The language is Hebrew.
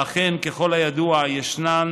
ואכן, ככל הידוע, ישנן